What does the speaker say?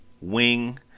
wing